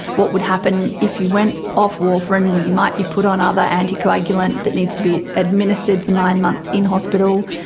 what would happen if you went off warfarin? well, you might be put on ah another anticoagulant that needs to be administered for nine months in hospital.